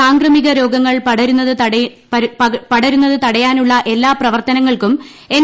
സാംക്രമിക രോഗങ്ങൾ പടരുന്നത് തടയാനുള്ള എല്ലാ പ്രവർത്തനങ്ങൾക്കും എൻ